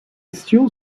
still